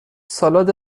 سالاد